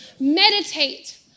Meditate